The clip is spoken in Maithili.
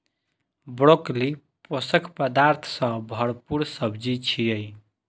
ब्रोकली पोषक पदार्थ सं भरपूर सब्जी छियै